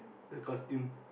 the costume